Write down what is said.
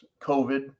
COVID